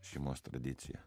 šeimos tradicija